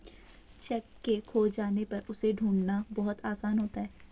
cheque के खो जाने पर उसे ढूंढ़ना बहुत आसान होता है